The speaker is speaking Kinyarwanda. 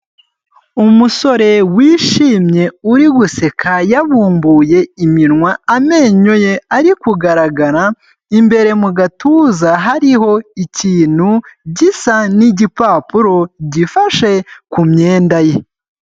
Umusore wishimye, uri guseka yabumbuye iminwa, amenyo ye ari kugaragara, imbere mu gatuza hariho ikintu gisa n'igipapuro gifashe kumyenda ye.